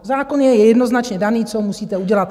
Zákon je jednoznačně daný, co musíte udělat.